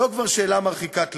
זו כבר שאלה מרחיקת לכת.